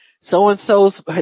so-and-so's